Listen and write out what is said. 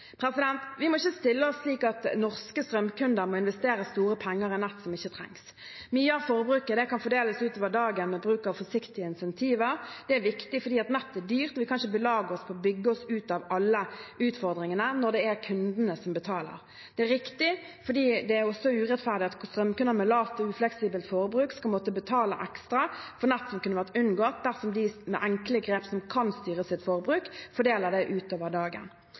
Vi må ikke stille oss slik at norske strømkunder må investere store penger i nett som ikke trengs. Mye av forbruket kan fordeles utover dagen med bruk av forsiktige insentiver. Det er viktig, for nett er dyrt, og vi kan ikke belage oss på å bygge oss ut av alle utfordringene når det er kundene som betaler. Det er riktig, for det er også urettferdig at strømkunder med lavt og ufleksibelt forbruk skal måtte betale ekstra for nett når det kunne vært unngått dersom de som med enkle grep kan styre sitt forbruk, hadde fordelt det utover dagen.